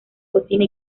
cocina